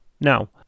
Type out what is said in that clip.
Now